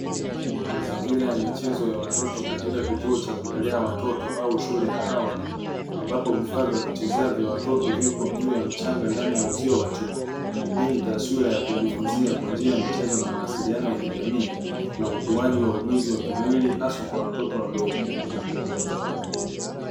Mazingira ya michezo ya watoto katika kituo cha kulelea watoto au shule ya awali ambapo vifaa vya kuchezea vya watoto vipo juu ya mchanga ndani ya uzio wa chuma, hii ni taswira ya kujifunzia kwa njia ya michezo na mawasiliano ya kijamii na ukuwaji wa ujuzi wa kimwili haswa kwa watoto wadogo.